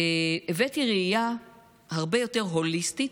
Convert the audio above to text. הבאתי ראייה הרבה יותר הוליסטית